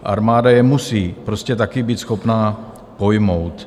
Armáda je musí prostě také být schopná pojmout.